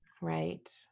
Right